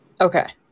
Okay